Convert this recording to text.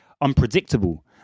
unpredictable